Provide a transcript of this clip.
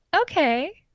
okay